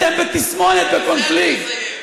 אתם בתסמונת, בקונפליקט.